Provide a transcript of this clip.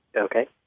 Okay